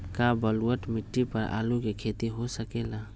का बलूअट मिट्टी पर आलू के खेती हो सकेला?